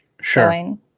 Sure